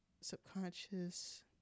subconscious